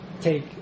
take